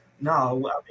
No